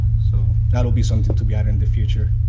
so that will be something to gather in the future.